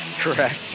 Correct